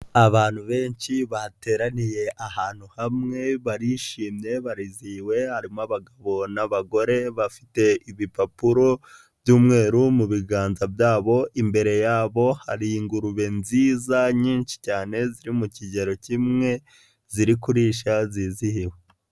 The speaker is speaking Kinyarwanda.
Abantu benshi bateraniye ahantu hamwe, barishimye, barizihiwe, harimo abagabo n'abagore, bafite ibipapuro by'umweru mu biganza byabo, imbere yabo hari ingurube nziza nyinshi cyane ziri mu kigero kimwe, ziri kurishya zizihiwe.